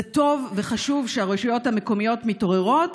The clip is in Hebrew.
זה טוב וחשוב שהרשויות המקומיות מתעוררות,